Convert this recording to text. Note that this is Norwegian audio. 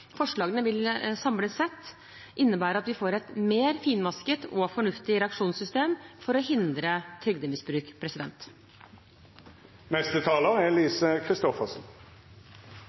Forslagene vil samlet sett innebære at vi får et mer finmasket og fornuftig reaksjonssystem for å hindre trygdemisbruk.